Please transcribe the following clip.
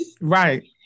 right